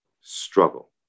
struggle